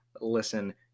listen